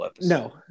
no